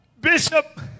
Bishop